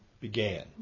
began